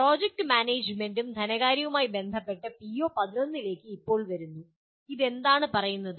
project മാനേജുമെന്റും ധനകാര്യവുമായി ബന്ധപ്പെട്ട പിഒ11 ലേക്ക് ഇപ്പോൾ വരുന്നു ഇത് എന്താണ് പറയുന്നത്